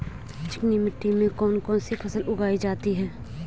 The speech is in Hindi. चिकनी मिट्टी में कौन कौन सी फसल उगाई जाती है?